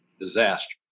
disaster